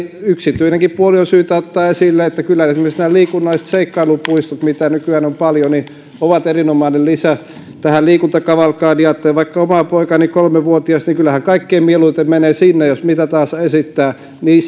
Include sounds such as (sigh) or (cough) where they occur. yksityinenkin puoli on syytä ottaa esille eli kyllä esimerkiksi liikunnalliset seikkailupuistot joita nykyään on paljon ovat erinomainen lisä tähän liikuntakavalkadiin jos ajattelen vaikka omaa poikaani kolmevuotiasta niin kyllä hän kaikkein mieluiten menee sinne jos mitä tahansa esittää niin (unintelligible)